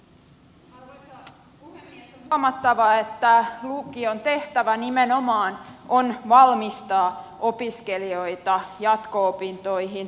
on huomattava että lukion tehtävä nimenomaan on valmistaa opiskelijoita jatko opintoihin